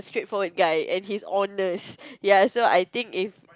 straightforward guy and he's honest ya so I think if